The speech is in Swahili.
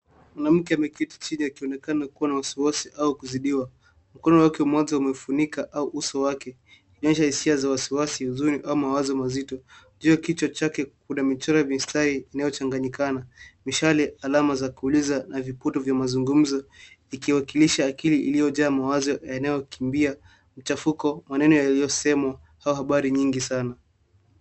Mwanamuke ameketi chini akionekana kuwa na wasiwasi au kuzidiwa. Mkono wake mwaza umefunika au uso wake, inaonyesha hisia za wasiwasi, huzuni au mawazo mazito. Juu ya kichwa chake kuna michoro vya mistari inayo changanyikana. Mishale alama zakuuliza na viputo vya mazungumzo. Ikiwakilisha akili ilioja mawazo ya nayo kimbia. Mchafuko maneno yaliosemwa au habari nyingi sana.